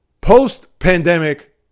Post-pandemic